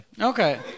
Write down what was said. Okay